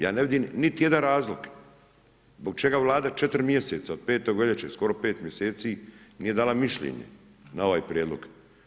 Ja ne vidim niti jedan razlog zbog čega Vlada 4 mjeseca, od 5. veljače, skoro 5 mjeseci, nije dala mišljenje na ovaj prijedlog?